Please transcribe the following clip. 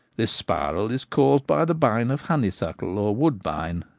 this spiral is caused by the bine of honeysuckle or woodbine,